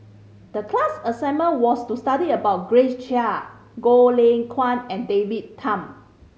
the class assignment was to study about Grace Chia Goh Lay Kuan and David Tham